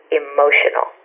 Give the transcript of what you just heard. emotional